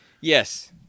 Yes